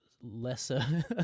lesser